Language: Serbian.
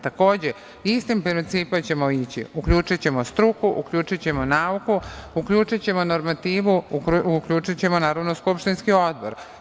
Takođe, istim principom ćemo ići - uključićemo struku, uključićemo nauku, uključićemo normativu, uključićemo naravno i skupštinski odbor.